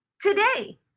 today